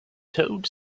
toad